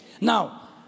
Now